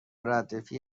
ردیفی